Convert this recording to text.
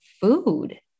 food